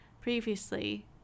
previously